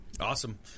awesome